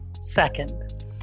Second